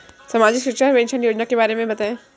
सामाजिक सुरक्षा पेंशन योजना के बारे में बताएँ?